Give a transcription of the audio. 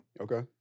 Okay